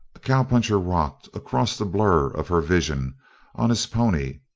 a cowpuncher rocked across the blur of her vision on his pony,